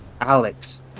Alex